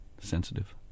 sensitive